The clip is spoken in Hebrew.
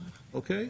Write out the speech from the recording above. אוקיי?